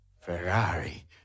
Ferrari